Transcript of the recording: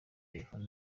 telephone